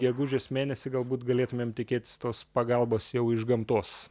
gegužės mėnesį galbūt galėtumėm tikėtis tos pagalbos jau iš gamtos